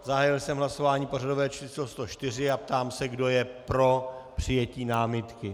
Zahájil jsem hlasování pořadové číslo 104 a ptám se, kdo je pro přijetí námitky.